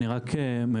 אני רק מבקש,